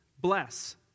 bless